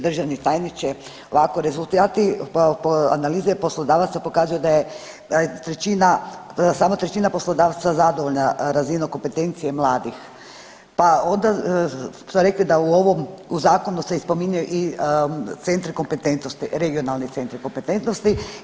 Državni tajniče, ovako rezultati po, analize poslodavaca pokazuje da je trećina, samo trećina poslodavaca zadovoljna razinom kompetencije mladih, pa onda ste rekli da u ovom, u zakonu se spominje i centri kompetentnosti, regionalni centri kompetentnosti.